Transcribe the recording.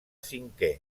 cinquè